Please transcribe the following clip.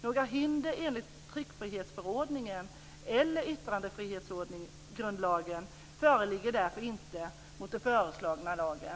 Några hinder enligt tryckfrihetsförordningen eller yttrandefrihetsgrundlagen föreligger därför inte mot den föreslagna lagen.